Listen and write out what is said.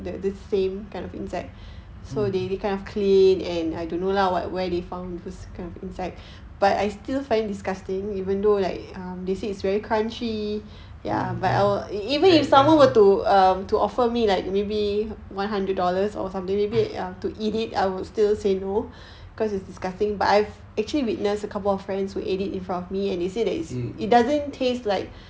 mm mm mm ya !eww!